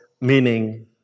Meaning